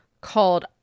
called